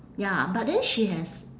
ya but then she has